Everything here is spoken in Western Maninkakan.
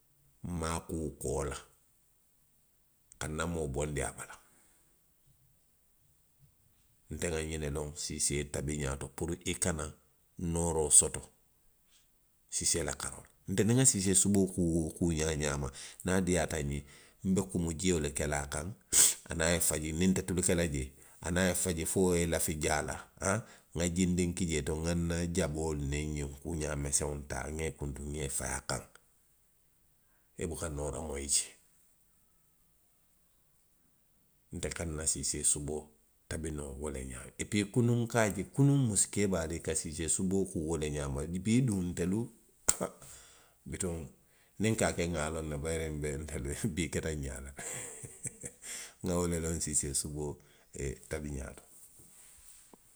Nna a kuo koolaa. ka namoo bondi a bala. nte nŋa ňiŋ ne loŋ siisee tabiňaa to puru i kana nooroo soto. siisee la karoo la. Nte niŋ nŋa siisee suboo kuu kuu ňaa ňaama. niŋ a diiyaata nňe. nbe kumu jio le kele a kaŋ. aniŋ a ye faji, niŋ nte tulu ke la jee. aniŋ a faji fo wo ye lafi jaa la. aŋ, nŋa jiindiŋ ki jee to. nŋa nna jaboolu niŋ ňiŋ kuuňaa meseŋolu taa, nŋa i kuntu nwa i fayi a kaŋ. I buka nooroo moyi jee. Ntelu ka nna siisee tabi no wo le ňaa. Epuwii, kunuŋ nka a je, kunuŋ musu keebaalu, i ka siisee suboo kuu wo le ňaama. bii duŋ ntelu. aha, bituŋ. niŋ nka a ke, nŋa loŋ ne bayiri nbe, ntelu, bii keta nňaa la le nŋa wo le loŋ siisee suboo ee tabiňaa too.